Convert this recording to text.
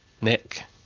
nick